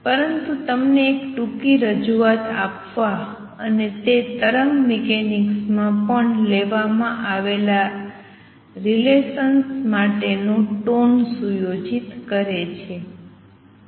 પરંતુ તમને એક ટૂંકી રજૂઆત આપવા અને તે તરંગ મિકેનિક્સમાં પણ લેવામાં આવેલા રિલેસન્સ માટે નો ટોન સુયોજિત કરે છે